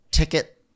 Ticket